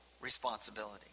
responsibility